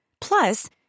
Plus